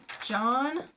John